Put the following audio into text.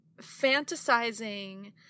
fantasizing